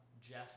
Jeff